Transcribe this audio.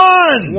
one